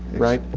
right?